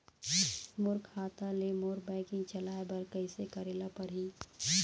मोर खाता ले मोर बैंकिंग चलाए बर कइसे करेला पढ़ही?